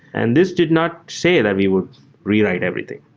and this did not say that we would rewrite everything.